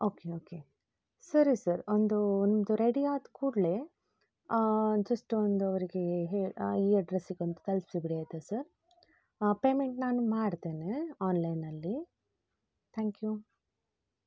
okay okay ಸರಿ sir ಒಂದು ನಿಮ್ಮದು ರೆಡಿ ಆದ ಕೂಡಲೆ ಜಸ್ಟ್ ಒಂದು ಅವರಿಗೆ ಹೇಳು ಅ ಈ ಅಡ್ರೆಸ್ಸಿಗೊಂದು ತಲ್ಪಿಸಿಬಿಡಿ ಆಯ್ತಾ ಸರ್ ಆ ಪೇಮೆಂಟ್ ನಾನು ಮಾಡ್ತೇನೆ ಆನ್ಲೈನಲ್ಲಿ ಥ್ಯಾಂಕ್ ಯು